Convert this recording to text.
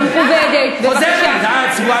ישבו כאן בחוק ההסדרים,